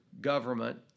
government